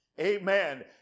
Amen